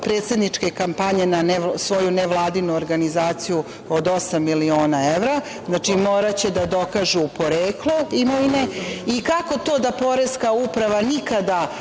predsedničke kampanje na svoju nevladinu organizaciju od 8.000.000,00 evra moraće da dokažu poreklo imovine. Kako to da Poreska uprava nikada